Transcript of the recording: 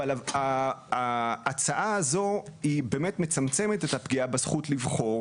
אבל ההצעה הזו היא באמת מצמצמת את הפגיעה בזכות לבחור